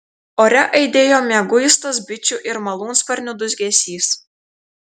ore aidėjo mieguistas bičių ir malūnsparnių dūzgesys